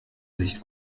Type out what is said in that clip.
sich